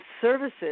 services